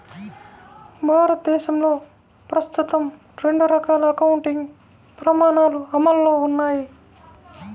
భారతదేశంలో ప్రస్తుతం రెండు రకాల అకౌంటింగ్ ప్రమాణాలు అమల్లో ఉన్నాయి